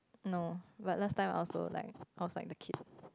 no but last time I also like I was like the kid